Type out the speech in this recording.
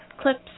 clips